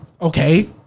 Okay